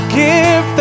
give